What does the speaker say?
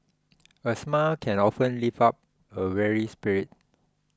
a smile can often lift up a weary spirit